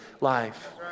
life